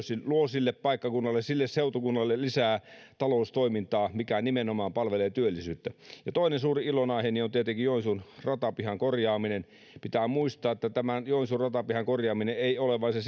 luo sille paikkakunnalle sille seutukunnalle lisää taloustoimintaa mikä nimenomaan palvelee työllisyyttä toinen suuri ilonaiheeni on tietenkin joensuun ratapihan korjaaminen pitää muistaa että tämä joensuun ratapihan korjaaminen ei ole vain se